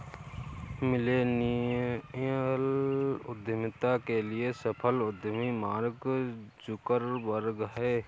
millennial उद्यमिता के एक सफल उद्यमी मार्क जुकरबर्ग हैं